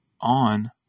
on